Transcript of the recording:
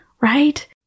right